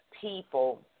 people